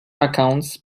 accounts